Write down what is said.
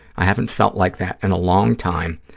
i haven't felt like that in a long time,